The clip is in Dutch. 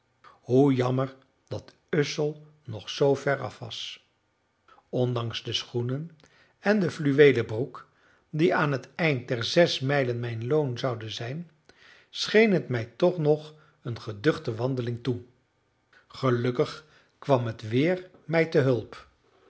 hoe jammer dat ussel nog zoo veraf was ondanks de schoenen en den fluweelen broek die aan het eind der zes mijlen mijn loon zouden zijn scheen het mij toch nog een geduchte wandeling toe gelukkig kwam het weer mij te hulp